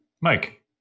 Mike